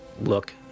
look